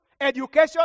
education